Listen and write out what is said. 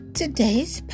today's